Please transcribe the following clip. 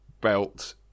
belt